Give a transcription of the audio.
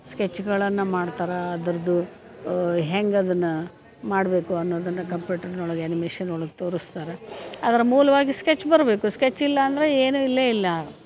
ಸ್ಕೆಚ್ಗಳನ್ನು ಮಾಡ್ತಾರೆ ಅದರದು ಹೆಂಗೆ ಅದನ್ನು ಮಾಡಬೇಕು ಅನ್ನೋದನ್ನು ಕಂಪ್ಯೂಟ್ರ್ನೊಳಗೆ ಆ್ಯನಿಮೇಷನ್ ಒಳಗೆ ತೋರಸ್ತಾರೆ ಅದ್ರ ಮೂಲವಾಗಿ ಸ್ಕೆಚ್ ಬರಬೇಕು ಸ್ಕೆಚ್ ಇಲ್ಲಾಂದರೆ ಏನೂ ಇಲ್ವೇ ಇಲ್ಲ